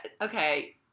Okay